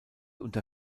unter